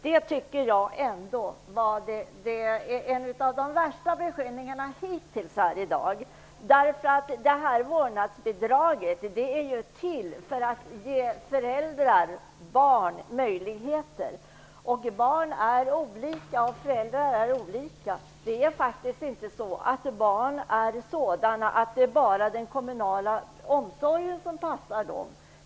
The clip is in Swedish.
Det tycker jag är en av de värsta beskyllningarna hittills här i dag. Vårdnadsbidraget är till för att ge föräldrar och barn möjligheter. Barn är olika, och föräldrar är olika. Det är inte så att barn är sådana att det bara är den kommunala omsorgen som passar dem.